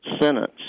sentence